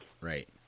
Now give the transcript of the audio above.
Right